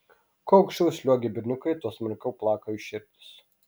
kuo aukščiau sliuogia berniukai tuo smarkiau plaka jų širdys